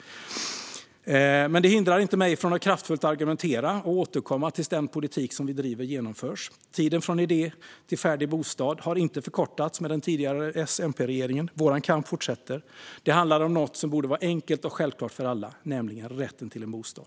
Det hindrar mig dock inte från att kraftfullt argumentera och återkomma till dess att den politik vi driver genomförs. Tiden från idé till färdig bostad har inte förkortats med den tidigare SMP-regeringen. Vår kamp fortsätter. Det handlar om något som borde vara enkelt och självklart för alla, nämligen rätten till en bostad.